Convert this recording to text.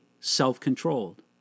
self-controlled